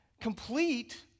complete